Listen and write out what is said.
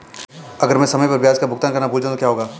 अगर मैं समय पर ब्याज का भुगतान करना भूल जाऊं तो क्या होगा?